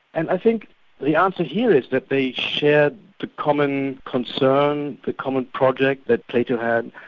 and i think the answer here is that they shared the common concern, the common project that plato had,